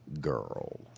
girl